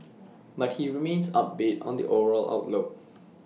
but he remains upbeat on the overall outlook